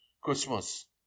Christmas